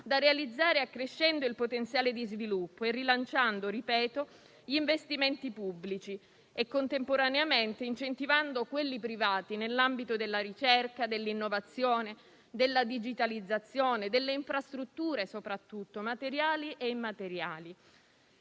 da realizzare accrescendo il potenziale di sviluppo e rilanciando gli investimenti pubblici e, contemporaneamente, incentivando quelli privati nell'ambito della ricerca, dell'innovazione, della digitalizzazione e soprattutto delle infrastrutture, materiali e immateriali.